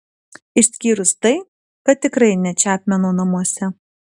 išskyrus tai kad tikrai ne čepmeno namuose